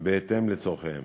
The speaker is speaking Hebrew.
בהתאם לצורכיהם.